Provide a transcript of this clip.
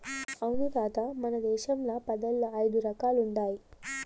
అవును తాత మన దేశంల పందుల్ల ఐదు రకాలుండాయి